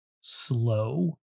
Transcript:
Slow